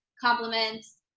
compliments